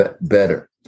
better